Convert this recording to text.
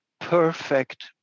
perfect